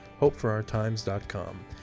hopeforourtimes.com